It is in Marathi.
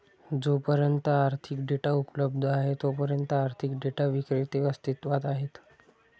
जोपर्यंत आर्थिक डेटा उपलब्ध आहे तोपर्यंत आर्थिक डेटा विक्रेते अस्तित्वात आहेत